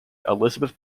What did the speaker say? elizabeth